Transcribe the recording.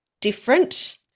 different